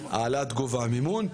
העלאת גובה המימון,